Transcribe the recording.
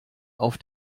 auf